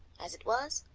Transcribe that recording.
as it was,